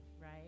right